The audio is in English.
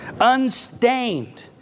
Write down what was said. unstained